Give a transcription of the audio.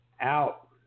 out